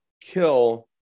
kill